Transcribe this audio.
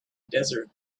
desert